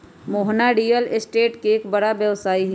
Mohana real estate के एक बड़ा व्यवसायी हई